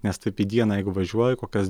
nes taip į dieną jeigu važiuoji kokias